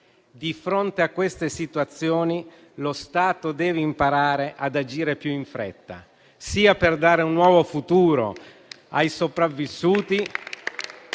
Di fronte a queste situazioni, lo Stato deve imparare ad agire più in fretta, sia per dare un nuovo futuro ai sopravvissuti,